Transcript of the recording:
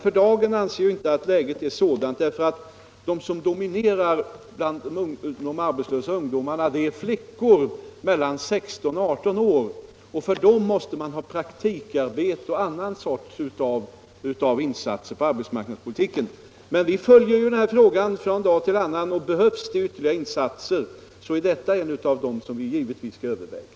För dagen anser jag emellertid inte läget vara sådant, därför att de ungdomar som nu dominerar bland de unga arbetslösa är flickor mellan 16 och 18 år, och för dem måste vi ha praktikarbete och vidta andra åtgärder i arbetsmarknadspolitiken. Vi följer emellertid denna fråga från dag till annan, och om ytterligare insatser behöver göras är detta med ungdomsledarutbildning en av de åtgärder som vi kommer att överväga.